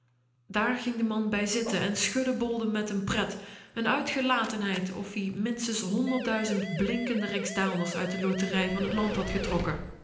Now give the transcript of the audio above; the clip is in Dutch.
daar ging de man bij zitten en schuddebolde met n pret n uitgelatenheid of-ie minstens honderdduizend blinkende rijksdaalders uit de loterij van dat land had getrokken